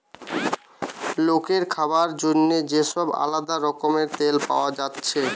লোকের খাবার জন্যে যে সব আলদা রকমের তেল পায়া যাচ্ছে